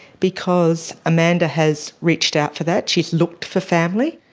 because amanda has reached out for that, she has looked for family.